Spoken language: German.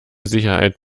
sicherheit